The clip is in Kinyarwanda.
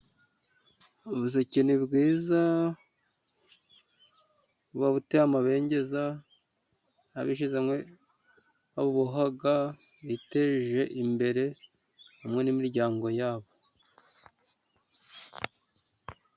Ubuseke ni bwiza buba buteye amabengeza abishyize hamwe babuboha biteje imbere hamwe n'imiryango yabo.